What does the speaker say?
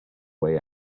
way